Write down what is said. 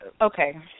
okay